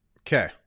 Okay